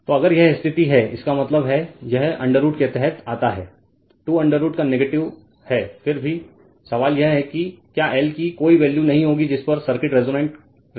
तो अगर यह स्थिति है इसका मतलब है यह √ के तहत आता है 2 √ का नेगेटिव है फिर सवाल यह है कि क्या L की कोई वैल्यू नहीं होगी जिस पर सर्किट रेजोनेंस करेगा